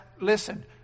listen